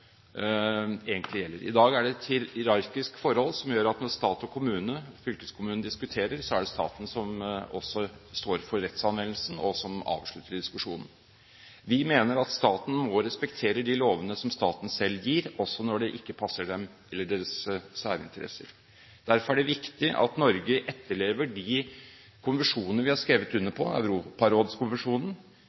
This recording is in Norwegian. egentlig gjelder. I dag er det et hierarkisk forhold som gjør at når stat og kommune/fylkeskommune diskuterer, er det staten som også står for rettsanvendelsen, og som avslutter diskusjonen. Vi mener at staten må respektere de lovene som staten selv gir, også når det ikke passer dem eller deres særinteresser. Derfor er det viktig at Norge etterlever de konvensjonene vi har skrevet under på. I Europarådskonvensjonen